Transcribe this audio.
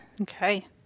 Okay